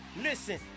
listen